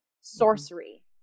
sorcery